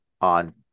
on